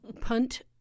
punt